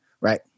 right